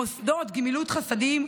מוסדות גמילות חסדים,